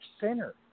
center